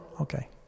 okay